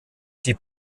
die